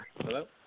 Hello